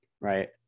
right